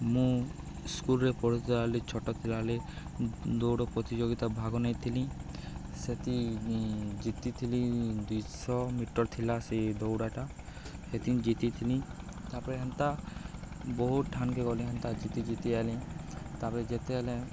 ମୁଁ ସ୍କୁଲ୍ରେ ପଢ଼ୁେଥିବା ବେଳେ ଛୋଟ ଥିଲାବେଳେ ଦୌଡ଼ ପ୍ରତିଯୋଗିତା ଭାଗ ନେଇଥିଲି ସେତି ଜିତିଥିଲି ଦୁଇଶହ ମିଟର୍ ଥିଲା ସେ ଦୌଡ଼ଟା ସେଥିନ୍ ଜିତିଥିଲି ତା'ପରେ ହେନ୍ତା ବହୁତ୍ ଠାନ୍କେ ଗଲେ ହେନ୍ତା ଜିତି ଜିତି ଆଏଲି ତା'ପରେ ଯେତେବେଲେ